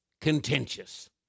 contentious